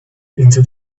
into